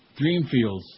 Dreamfields